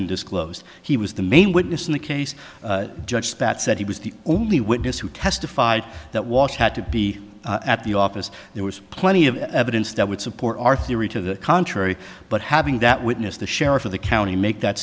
been disclosed he was the main witness in the case judge that said he was the only witness who testified that walsh had to be at the office there was plenty of evidence that would support our theory to the contrary but having that witness the sheriff of the county make that